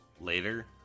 later